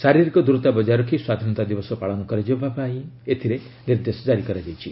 ଶାରୀରିକ ଦୂରତା ବଜାୟ ରଖି ସ୍ୱାଧୀନତା ଦିବସ ପାଳନ କରାଯିବା ପାଇଁ ଏଥିରେ ନିର୍ଦ୍ଦେଶ ଜାରି କରାଯାଇଛି